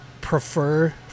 prefer